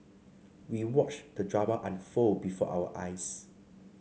we watched the drama unfold before our eyes